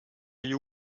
you